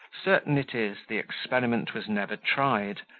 certain it is the experiment was never tried,